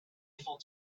eiffel